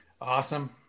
awesome